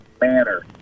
manner